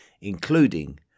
including